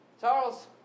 Charles